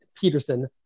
Peterson